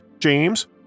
James